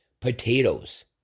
potatoes